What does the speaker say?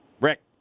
Rick